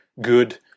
good